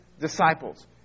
disciples